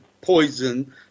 poison